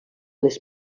les